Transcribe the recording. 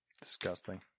disgusting